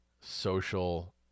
social